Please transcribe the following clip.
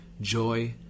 joy